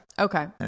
Okay